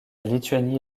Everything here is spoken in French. lituanie